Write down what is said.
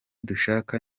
dushaka